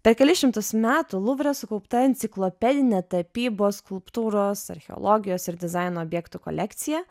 per kelis šimtus metų luvre sukaupta enciklopedinė tapybos skulptūros archeologijos ir dizaino objektų kolekcija